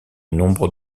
nombreux